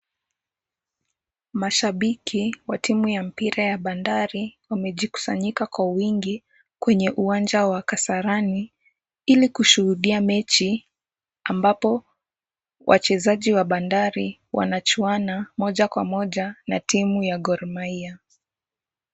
Mashabiki wa timu ya mpira ya Bandari wamejikusanyika kwa wingi kwenye uwanja wa Kasarani, ili kushuhudia mechi, ambapo wachezaji wa Bandari wanachuana moja kwa moja na timu ya Gor Mahia.